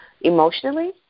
emotionally